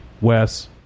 Wes